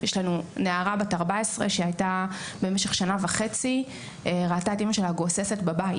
יש לנו נערה בת 14 שבמשך שנה וחצי ראתה את אימא שלה גוססת בבית.